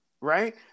Right